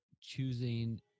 choosing